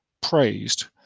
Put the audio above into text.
praised